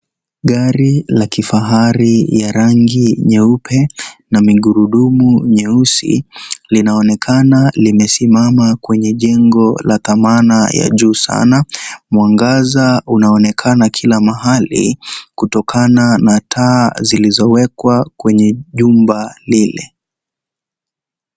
Gari la kifahari ya rangi nyeupe,, na magurudumu nyeusi, linaonekana limesimama kwenye jengo la dhamana ya juu sana. Mwangaza unaonekana kila mahali, kutokana na taa zilizowekwa kwenye jumba lile.